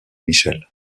michelle